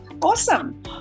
Awesome